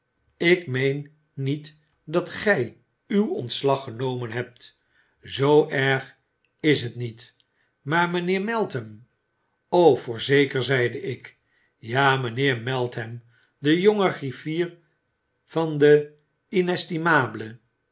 ik meen niet dat gy uw ontslag genomen hebt zoo erg is het niet maar mynheer meltham voorzeker zeide ik ja mijnheer meltham de jonge griffier van de